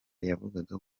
yavugaga